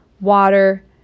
water